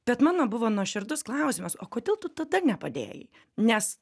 bet mano buvo nuoširdus klausimas o kodėl tu tada nepadėjai nes